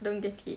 don't get it